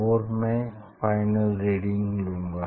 और मैं final reading लूंगा